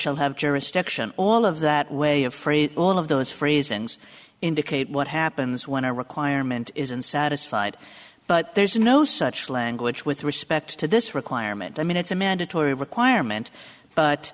shall have jurisdiction all of that way of free all of those freeze and indicate what happens when a requirement isn't satisfied but there's no such language with respect to this requirement i mean it's a mandatory requirement but